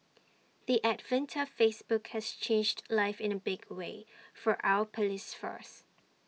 the advent of Facebook has changed life in A big way for our Police force